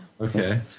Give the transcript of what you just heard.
okay